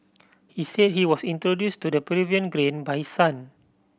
he said he was introduced to the Peruvian grain by son